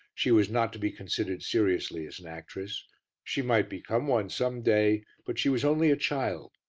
she was not to be considered seriously as an actress she might become one some day, but she was only a child.